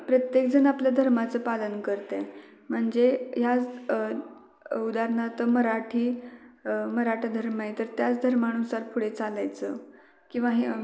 प्रत्येकजण आपल्या धर्माचं पालन करत आहे म्हणजे ह्याच उदाहरणार्थ मराठी मराठा धर्म आहे तर त्याच धर्मानुसार पुढे चालायचं किवा हे